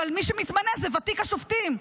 אבל מי שמתמנה הוא ותיק השופטים.